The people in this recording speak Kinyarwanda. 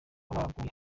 baguye